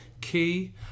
key